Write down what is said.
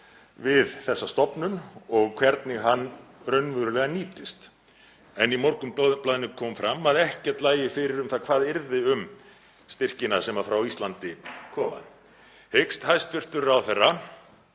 við þessa stofnun og hvernig hann raunverulega nýtist. Í Morgunblaðinu kom fram að ekkert lægi fyrir um það hvað yrði um styrkina sem frá Íslandi koma. Hyggst hæstv. ráðherra